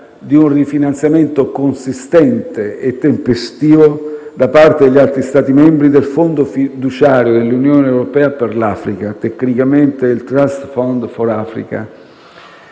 di un rifinanziamento consistente e tempestivo da parte degli altri Stati membri del Fondo fiduciario dell'Unione europea per l'Africa, tecnicamente il Trust Fund for Africa.